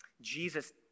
Jesus